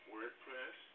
WordPress